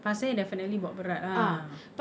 pasir definitely buat berat ah